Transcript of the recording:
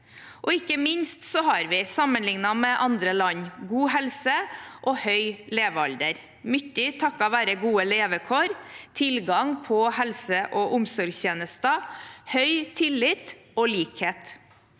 Ikke minst har vi, sammenlignet med andre land, god helse og høy levealder, mye takket være gode levekår, tilgang på helse- og omsorgstjenester, høy tillit og likhet.